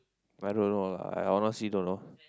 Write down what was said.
I don't know lah I honestly don't know